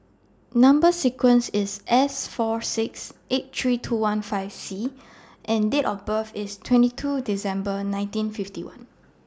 Number sequence IS S four six eight three two one five C and Date of birth IS twenty two December nineteen fifty one